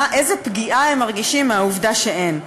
איזו פגיעה הם מרגישים מהעובדה שאין: